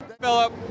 Philip